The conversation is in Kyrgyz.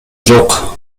жок